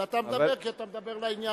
אלא אתה מדבר כי אתה מדבר לעניין.